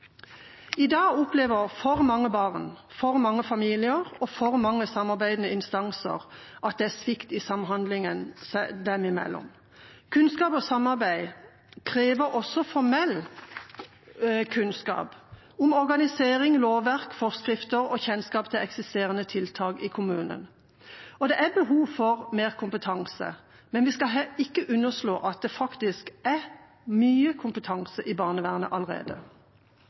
I dag opplever for mange barn, for mange familier og for mange samarbeidende instanser at det er svikt i samhandlingen dem imellom. Kunnskap og samarbeid krever også formell kunnskap om organisering, lovverk, forskrifter og kjennskap til eksisterende tiltak i kommunen. Det er behov for mer kompetanse, men vi skal ikke underslå at det faktisk er mye kompetanse i barnevernet allerede.